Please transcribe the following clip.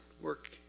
work